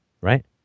Right